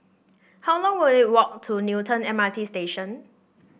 how long will it walk to Newton M R T Station